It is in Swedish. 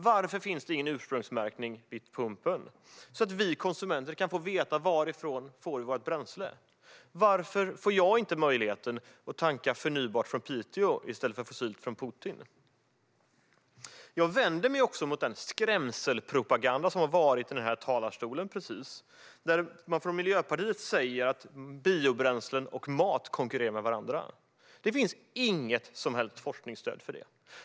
Varför finns det ingen ursprungsmärkning vid pumpen så att vi konsumenter kan få veta varifrån vi får vårt bränsle? Varför får jag inte möjligheten att tanka förnybart från Piteå i stället för fossilt från Putin? Jag vänder mig också mot den skrämselpropaganda som precis kom från talarstolen. Från Miljöpartiets sida säger man att biobränslen och mat konkurrerar med varandra. Det finns inget som helst forskningsstöd för det.